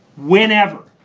whenever.